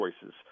choices